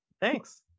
thanks